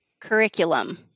curriculum